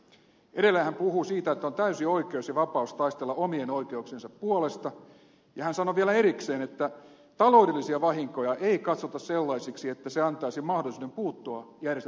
edelleen hän puhui siitä että on täysi oikeus ja vapaus taistella omien oikeuksiensa puolesta ja hän sanoi vielä erikseen että taloudellisia vahinkoja ei katsota sellaisiksi että ne antaisivat mahdollisuuden puuttua järjestäytymisvapauteen